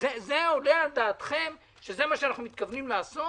זה עולה על דעתכם שזה מה שאנחנו מתכוונים לעשות?